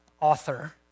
author